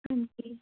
ਹਾਂਜੀ